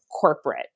corporate